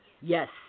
Yes